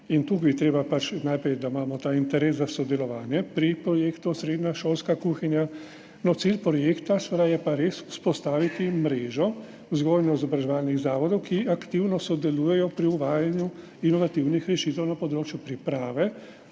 tukaj je treba pač najprej imeti ta interes za sodelovanje pri projektu Osrednja šolska kuhinja. Cilj projekta je pa seveda res vzpostaviti mrežo vzgojno-izobraževalnih zavodov, ki aktivno sodelujejo pri uvajanju inovativnih rešitev na področju priprave,